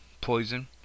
Poison